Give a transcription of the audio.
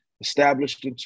Established